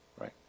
Right